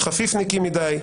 חפיפניקים מדי,